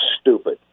stupid